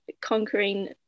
conquering